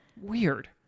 Weird